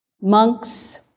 monks